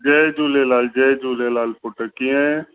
जय झूलेलाल जय झूलेलाल पुटु कीअं आहीं